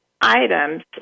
items